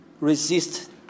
resist